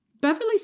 Beverly